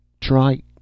try—